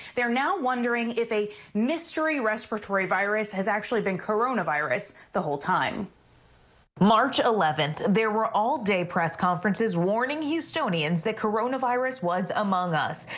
they're now wondering if a mystery respiratory virus has actually been coronavirus the whole time. reporter march eleventh. there were all-day press conferences warning houstonians that coronavirus was among us.